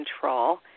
control